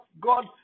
God